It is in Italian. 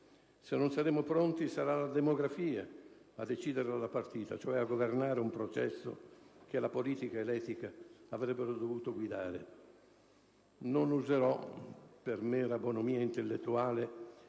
Se non saremo pronti, sarà la demografia a decidere la partita, cioè a governare un processo che la politica e l'etica avrebbero dovuto guidare. Non userò, per mera bonomia intellettuale,